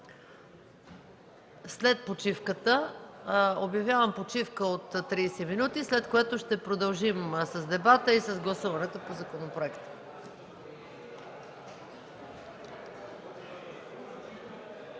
След почивката. Обявявам почивка 30 минути, след което ще продължим с дебата и с гласуването по законопроекта.